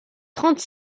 trente